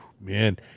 Man